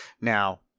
Now